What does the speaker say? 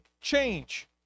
change